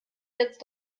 jetzt